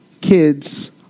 Kids